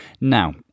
Now